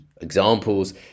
examples